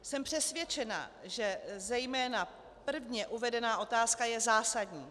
Jsem přesvědčena, že zejména prvně uvedená otázka je zásadní.